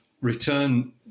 return